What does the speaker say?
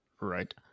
Right